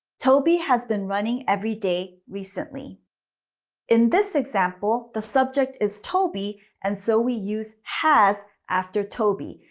toby has been running everyday recently in this example, the subject is toby and so we use has after toby.